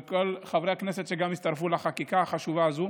עם כל חברי הכנסת שהצטרפו לחקיקה החשובה הזאת.